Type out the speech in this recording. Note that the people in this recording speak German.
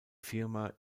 firma